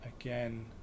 again